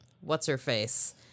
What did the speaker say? What's-Her-Face